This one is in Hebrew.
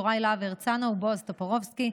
יוראי להב הרצנו ובועז טופורובסקי,